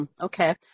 Okay